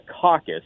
caucus